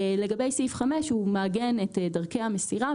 לגבי סעיף 5. הוא מעגן את דרכי המסירה.